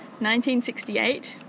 1968